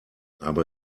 aber